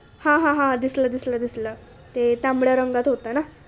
हां हां हां दिसलं दिसलं दिसलं ते तांबड्या रंगात होतं ना